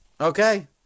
Okay